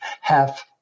half